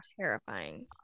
terrifying